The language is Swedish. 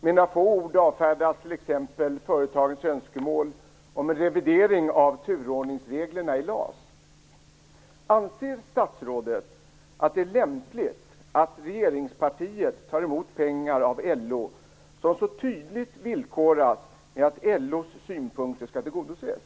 Med några få ord avfärdas t.ex. företagens önskemål om en revidering av turordningsreglerna i LAS. Anser statsrådet att det är lämpligt att regeringspartiet tar emot pengar av LO som så tydligt villkoras med att LO:s synpunkter skall tillgodoses?